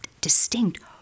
distinct